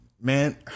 man